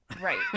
right